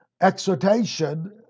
exhortation